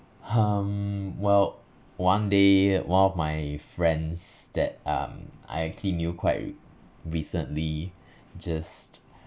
hmm well one day one of my friends that um I actually knew quite re~ recently just